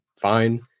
Fine